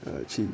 哦亲